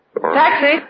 Taxi